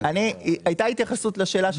הייתה התייחסות לשאלה של שגית.